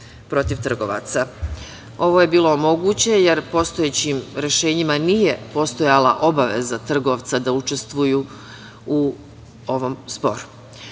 Ovo je bilo moguće, jer postojećim rešenjima nije postojala obaveza trgovca da učestvuje u ovom sporu. Kao